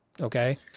Okay